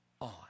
on